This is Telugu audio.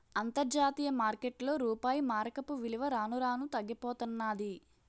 అంతర్జాతీయ మార్కెట్లో రూపాయి మారకపు విలువ రాను రానూ తగ్గిపోతన్నాది